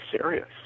serious